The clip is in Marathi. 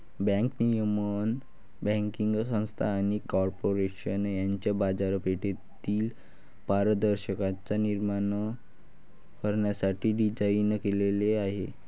बँक नियमन बँकिंग संस्था आणि कॉर्पोरेशन यांच्यात बाजारपेठेतील पारदर्शकता निर्माण करण्यासाठी डिझाइन केलेले आहे